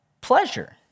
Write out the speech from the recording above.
pleasure